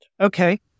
Okay